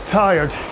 tired